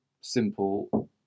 simple